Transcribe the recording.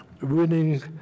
winning